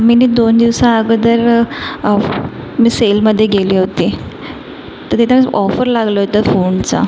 मीनी दोन दिवसां अगोदर मी सेलमध्ये गेले होते तर तिथंच ऑफर लागलं होतं फोनचा